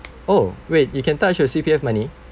oh wait you can touch your C_P_F money